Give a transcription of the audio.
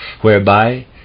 whereby